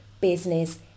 business